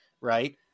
right